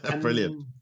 Brilliant